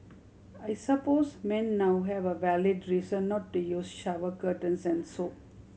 I suppose men now have a valid reason not to use shower curtains and soap